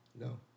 No